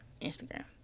Instagram